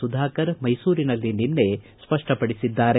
ಸುಧಾಕರ ಮೈಸೂರಿನಲ್ಲಿ ನಿನ್ನೆ ಸ್ವಷ್ಪಡಿಸಿದ್ದಾರೆ